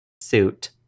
suit